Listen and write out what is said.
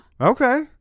Okay